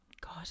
God